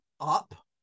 up